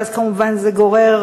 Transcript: ואז כמובן זה גורר